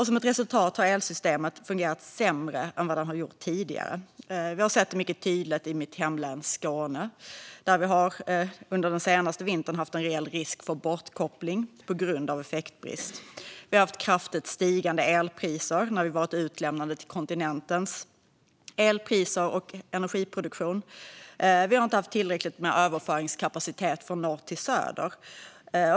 Som ett resultat har elsystemet fungerat sämre än vad det har gjort tidigare. Vi har sett det mycket tydligt i mitt hemlän Skåne. Där har vi under den senaste vintern haft en reell risk för bortkoppling på grund av effektbrist. Vi har haft kraftigt stigande elpriser när vi har varit utlämnade till kontinentens elpriser och energiproduktion. Vi har inte haft tillräckligt med överföringskapacitet från norr till söder.